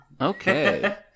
Okay